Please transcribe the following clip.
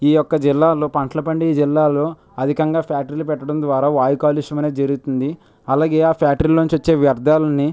ఈ యొక్క జిల్లాల్లో పంటల పండి జిల్లాలో అధికంగా ఫ్యాక్టరీలు పెట్టడం ద్వారా వాయు కాలుష్యం అనేది జరుగుతుంది అలాగే ఆ ఫ్యాక్టరీల నుంచి వచ్చే వ్యర్థాలని